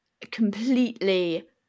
completely